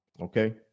Okay